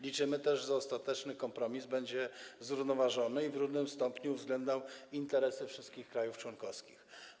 Liczymy też, że ostateczny kompromis będzie zrównoważony i w równym stopniu będzie uwzględniał interesy wszystkich krajów członkowskich.